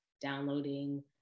downloading